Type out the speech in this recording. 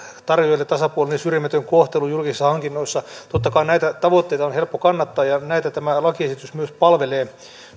tarjoajille tasapuolinen ja syrjimätön kohtelu julkisissa hankinnoissa totta kai näitä tavoitteita on helppo kannattaa ja näitä tämä lakiesitys myös palvelee